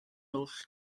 oll